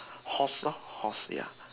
horse lor horse ya